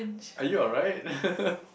are you alright